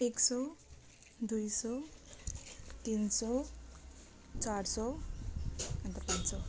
एक सौ दुई सौ तिन सौ चार सौ अन्त पाँच सौ